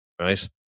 right